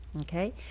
okay